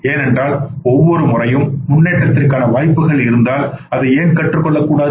ஏனென்றால் ஒவ்வொரு முறையும் முன்னேற்றத்திற்கான வாய்ப்புகள் இருந்தால் அதை ஏன் கற்றுக் கொள்ளக்கூடாது